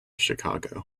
chicago